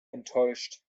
enttäuscht